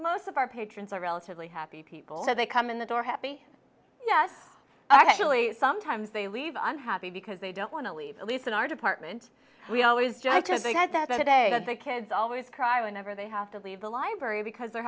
most of our patrons are relatively happy people that come in the door happy yes actually sometimes they leave unhappy because they don't want to leave at least in our department we always joke to the guys that a day the kids always cry whenever they have to leave the library because they're